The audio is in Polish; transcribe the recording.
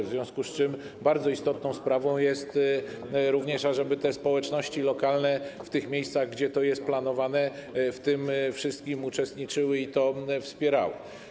W związku z czym bardzo istotną sprawą jest także to, ażeby społeczności lokalne w miejscach, gdzie to jest planowane, w tym wszystkim uczestniczyły i to wspierały.